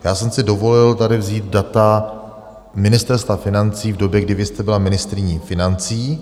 Já jsem si dovolil tady vzít data Ministerstva financí v době, kdy vy jste byla ministryní financí.